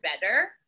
better